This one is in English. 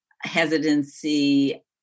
hesitancy